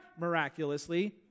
miraculously